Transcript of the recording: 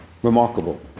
Remarkable